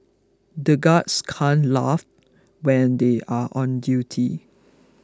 the guards can't laugh when they are on duty